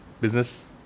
business